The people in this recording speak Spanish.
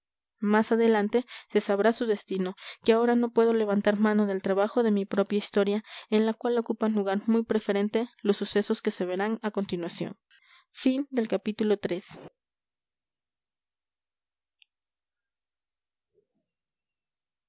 más adelante se sabrá su destino que ahora no puedo levantar mano del trabajo de mi propia historia en la cual ocupan lugar muy preferente los sucesos que se verán a continuación